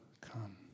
come